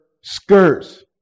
skirts